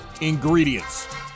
ingredients